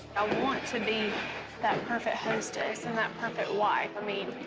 i want to be that perfect hostess and that perfect wife. i mean,